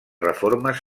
reformes